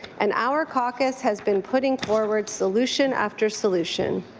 and our caucus has been putting forward solution after solution.